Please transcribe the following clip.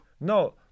No